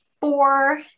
four